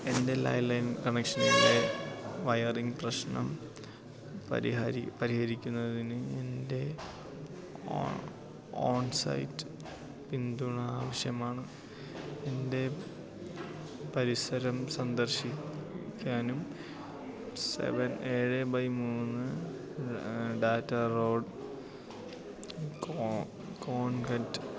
എൻ്റെ land line കണക്ഷൻ്റെ wiring പ്രശ്നം പരിഹാരി പരിഹരിക്കുന്നതിന് എൻ്റെ ഓ ഓൺസൈറ്റ് പിന്തുണ ആവശ്യമാണ് എൻ്റെ പരിസരം സന്ദർശിക്കാനും സെവൻ ഏഴ് ബൈ മൂന്ന് ഡാറ്റ റോഡ് കോൺകറ്റ്